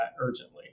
urgently